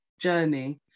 journey